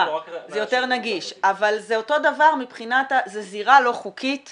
זו המסקנה היחידה